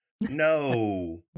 No